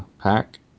pack